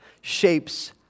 shapes